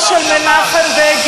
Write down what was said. ואני אדם מסורתי שמכבד את הרבנים ואת